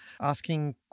asking